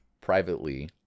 privately